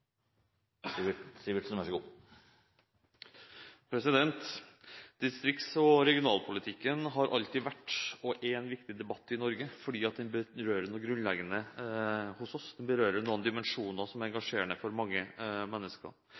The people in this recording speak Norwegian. og det har det alltid vært – en viktig debatt om i Norge, for det berører noe grunnleggende hos oss. Det berører noen dimensjoner som engasjerer mange mennesker. Men jeg er veldig glad for